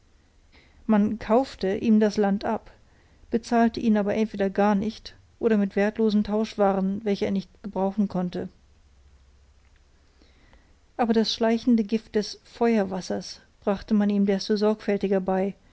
man kaufte ihm das land ab bezahlte ihn aber entweder gar nicht oder mit wertlosen tauschwaren welche er nicht gebrauchen konnte aber das schleichende gift des feuerwassers brachte man ihm desto sorgfältiger bei